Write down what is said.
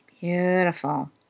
Beautiful